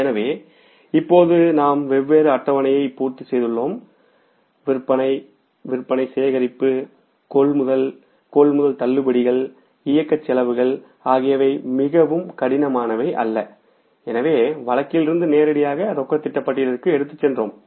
எனவே இப்போது நாம் வெவ்வேறு அட்டவணையை பூர்த்தி செய்துள்ளோம் விற்பனை விற்பனை சேகரிப்பு கொள்முதல் கொள்முதல் தள்ளுபடிகள் ஆப்ரேட்டிங் காஸ்ட் ஆகியவை மிகவும் கடினமானவை அல்ல எனவே வழக்கிலிருந்து நேரடியாக ரொக்க திட்ட பட்டியலிற்கு எடுத்துச் சென்றோம்